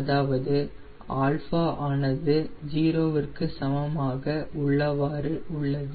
𝛼 ஆனது 0 ற்கு சமமாக உள்ளவாறு உள்ளது